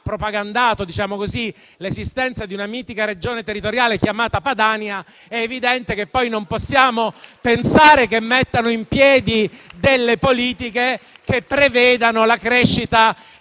propagandato l'esistenza di una mitica regione territoriale chiamata Padania, è evidente che poi non possiamo pensare che tale maggioranza metta in piedi politiche che prevedano la crescita